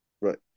Right